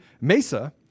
MESA